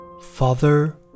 father